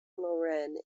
loren